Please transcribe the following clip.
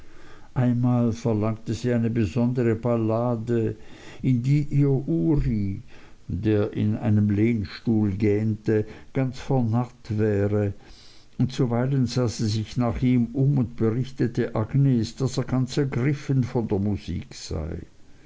einmal verlangte sie eine besondere ballade in die ihr ury der in einem lehnstuhl gähnte ganz vernarrt wäre und zuweilen sah sie sich nach ihm um und berichtete agnes daß er ganz ergriffen von der musik sei